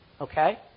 Okay